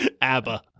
abba